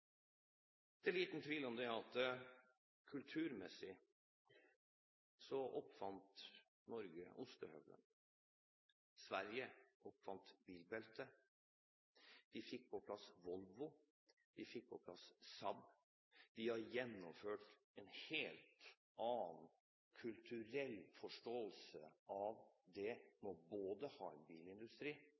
er det liten tvil om at Norge oppfant ostehøvelen, og Sverige oppfant bilbeltet. De fikk på plass Volvo, og de fikk på plass SAAB. De har gjennomført en helt annen kulturell forståelse når det gjelder både det å ha en bilindustri